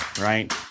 right